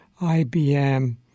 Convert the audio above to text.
IBM